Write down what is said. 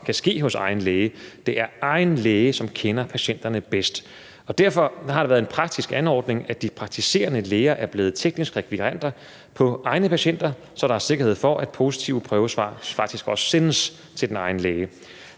kan ske hos egen læge. Det er egen læge, som kender patienterne bedst, og derfor har det været en praktisk anordning, at de praktiserende læger er blevet tekniske rekvirenter på egne patienter, så der er sikkerhed for, at positive prøvesvar faktisk også sendes til egen læge.